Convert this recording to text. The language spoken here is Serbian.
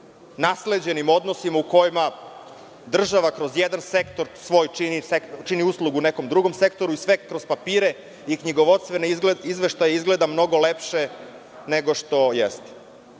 nasleđenim odnosima u kojima država kroz jedan sektor čini uslugu nekom drugom sektoru i sve kroz papire i knjigovodstvene izveštaje izgleda mnogo lepše, nego što jeste. Ne